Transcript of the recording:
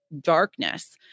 darkness